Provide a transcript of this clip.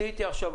שאנחנו עושים.